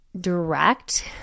direct